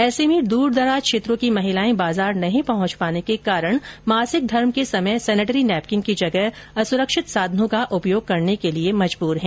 ऐसे में दूरदराज क्षेत्रों की महिलाएं बाजार नही पहच पाने के कारण मासिक धर्म के समय सेनेटरी नेपकिन की जगह असुरक्षित साधनों का उपयोग करने के लिए मजबूर है